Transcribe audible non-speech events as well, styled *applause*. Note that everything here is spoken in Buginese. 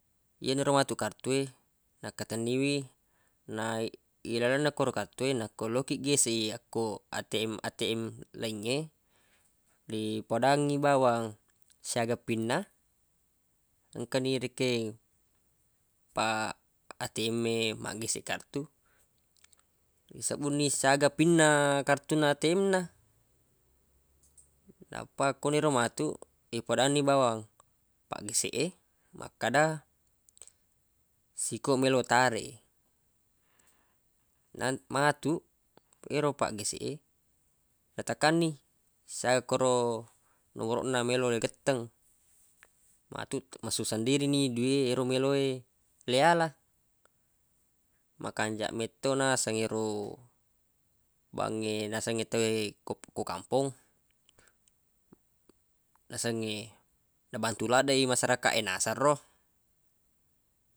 Yenaro matu kartu e nakkatenniwi na ilalenna yero kartu e narekko meloq kiq geseq i akko ATM-ATM laingnge le pedangngi bawang siaga pinna engka ni rekeng pa ATM e maggeseq kartu isebuq ni siaga pinna kartunna ATM na nappa ko niro matu ipedanni bawang paggeseq e makkeda siko melo tareq e na- matu ero paggeseq e natekanni siaga kero nomoroq na melo na getteng matu masuq sendiri ni dui ero melo e le yala makanjaq metto naseng ero bangnge naseng e tawwe *hesitation* ko kampong nasengnge nabantu ladde masyarakaq e naseng ro.